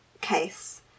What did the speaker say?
case